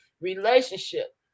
relationship